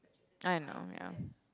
I know ya